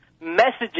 messages